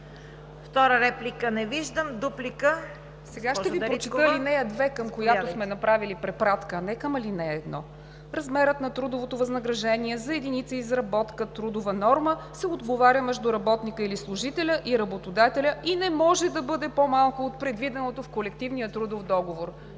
ДАНИЕЛА ДАРИТКОВА-ПРОДАНОВА: Сега ще Ви прочета ал. 2, към която сме направили препратка – не към ал. 1: „Размерът на трудовото възнаграждение за единица изработка (трудова норма) се договаря между работника или служителя и работодателя и не може да бъде по-малко от предвиденото в колективния трудов договор“.